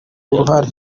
uruhare